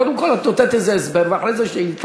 קודם כול את נותנת איזה הסבר, ואחרי זה שאילתה.